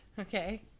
okay